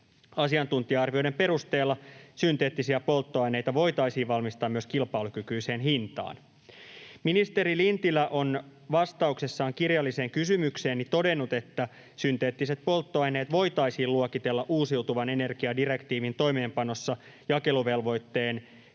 Asiantuntija-arvioiden perusteella synteettisiä polttoaineita voitaisiin valmistaa myös kilpailukykyiseen hintaan. Ministeri Lintilä on vastauksessaan kirjalliseen kysymykseeni todennut, että synteettiset polttoaineet voitaisiin luokitella uusiutuvan energian direktiivin toimeenpanossa jakeluvelvoitteen